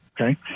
Okay